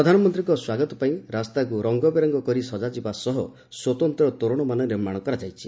ପ୍ରଧାନମନ୍ତ୍ରୀଙ୍କ ସ୍ୱାଗତ ପାଇଁ ରାସ୍ତାକୁ ରଙ୍ଗବେରଙ୍ଗ କରି ସଜାଯିବା ସହ ସ୍ୱତନ୍ତ୍ର ତୋରଣମାନ ନିର୍ମାଣ କରାଯାଇଛି